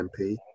MP